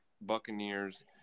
Buccaneers